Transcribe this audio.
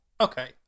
Okay